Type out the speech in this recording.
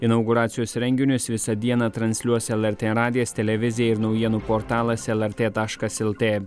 inauguracijos renginius visą dieną transliuos lrt radijas televizija ir naujienų portalas lrt taškas lt